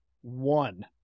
one